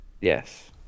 Yes